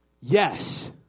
Yes